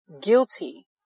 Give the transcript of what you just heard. guilty